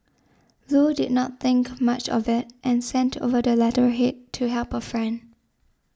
Loo did not think much of it and sent over the letterhead to help her friend